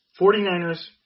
49ers